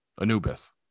Anubis